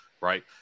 right